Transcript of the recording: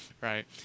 right